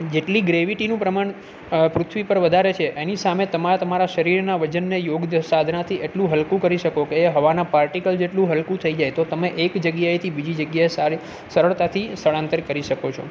જેટલી ગ્રેવીટીનું પ્રમાણ પૃથ્વી પર વધારે છે એની સામે તમારા તમારા શરીરના વજનને યોગ સાધનાથી એટલું હલકું કરી શકો કે એ હવાના પાર્ટીકલ જેટલું હલકું થઈ જાય તો તમે એક જગ્યાએથી બીજી જગ્યાએ સારી સરળતાથી સ્થળાંતરીત કરી શકો છો